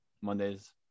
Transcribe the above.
Mondays